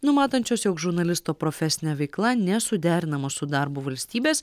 numatančios jog žurnalisto profesinė veikla nesuderinama su darbu valstybės